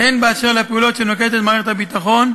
חלק מהמאמצים נוגעים גם לתיאום הביטחוני.